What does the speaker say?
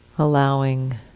allowing